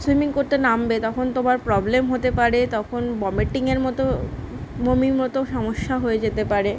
swimming করতে নামবে তখন তোমার প্রবলেম হতে পারে তখন ভমিটিংয়ের মতো বমির মতো সমস্যা হয়ে যেতে পারে